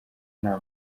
nta